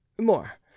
more